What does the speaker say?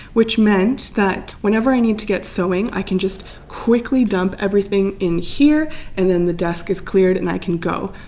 which meant that whenever i need to get sewing i can just quickly dump everything in here and then the desk is cleared and i can go.